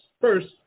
First